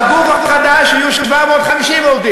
בגוף החדש יהיו 750 עובדים,